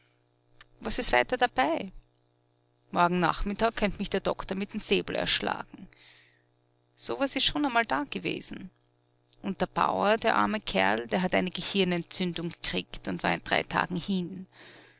was ist weiter dabei morgen nachmittag könnt mich der doktor mit m säbel erschlagen so was ist schon einmal dagewesen und der bauer der arme kerl der hat eine gehirnentzündung kriegt und war in drei tagen hin